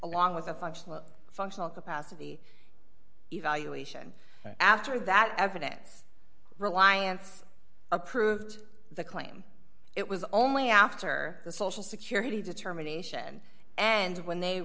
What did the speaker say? functional functional capacity evaluation after that evidence reliance approved the claim it was only after the social security determination and when they